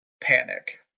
panic